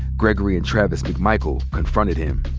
gregory and travis mcmichael confronted him.